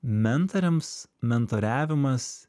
mentoriams mentoriavimas